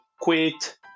quit